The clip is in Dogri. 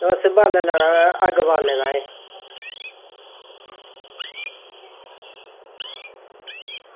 ओह् असें बालन लैना अग्ग बालन ताहीं